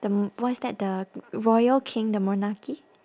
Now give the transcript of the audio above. the m~ what is that the royal king the monarchy